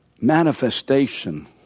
manifestation